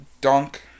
dunk